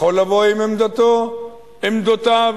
יכול לבוא עם עמדתו, עמדותיו.